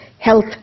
health